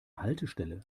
haltestelle